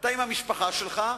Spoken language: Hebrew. שאתה עם המשפחה שלך,